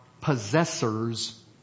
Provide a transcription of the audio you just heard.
possessors